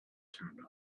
turned